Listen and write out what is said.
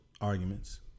arguments